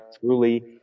truly